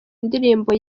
indirimbo